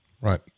Right